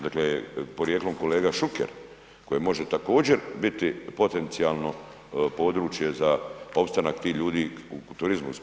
Dakle, porijeklom kolega Šuker koji može također biti potencijalno područje za opstanak tih ljudi u turizmu.